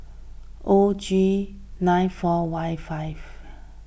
O G nine four Y five